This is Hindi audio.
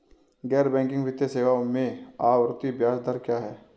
गैर बैंकिंग वित्तीय सेवाओं में आवर्ती ब्याज दर क्या है?